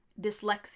dyslexia